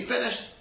Finished